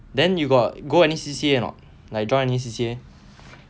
then you got go any C_C_A or not you got join any C_C_A